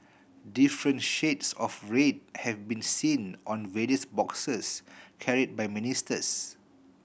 different shades of red have been seen on various boxes carried by ministers